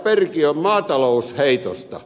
perkiön maatalousheitosta